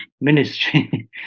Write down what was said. ministry